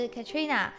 Katrina 。